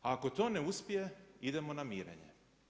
Ako to ne uspije idemo na mirenje.